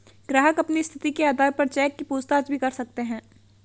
ग्राहक अपनी स्थिति के आधार पर चेक की पूछताछ भी कर सकते हैं